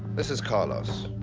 this is carlos.